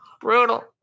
brutal